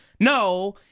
No